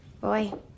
Boy